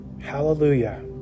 Hallelujah